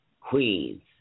Queens